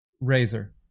Razor